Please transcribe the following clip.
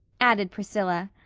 added priscilla.